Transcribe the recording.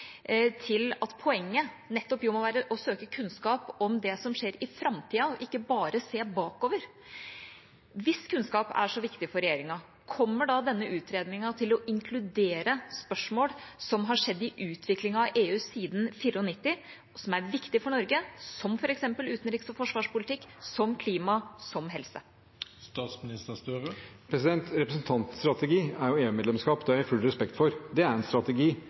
at poenget nettopp må være å søke kunnskap om det som skjer i framtiden, og ikke bare se bakover. Hvis kunnskap er så viktig for regjeringen, kommer da denne utredningen til å inkludere spørsmål som har skjedd i utviklingen av EU siden 1994, og som er viktig for Norge, som f.eks. utenriks- og forsvarspolitikk, som klima, og som helse? Representantens strategi er jo EU-medlemskap. Det har jeg full respekt for. Det er en strategi,